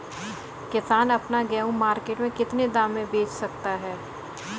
किसान अपना गेहूँ मार्केट में कितने दाम में बेच सकता है?